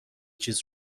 چیز